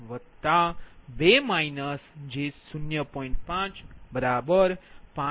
2 j0